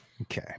Okay